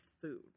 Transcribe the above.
food